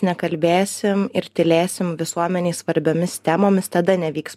nekalbėsim ir tylėsim visuomenei svarbiomis temomis tada nevyks